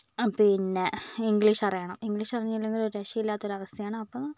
പിന്നെ ഇംഗ്ലീഷ് അറിയണം ഇംഗ്ലീഷ് അറിഞ്ഞില്ലെങ്കിൽ ഒരു രക്ഷയും ഇല്ലാത്ത ഒരവസ്ഥയാണ്